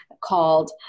called